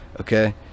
okay